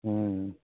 हूँ